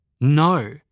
No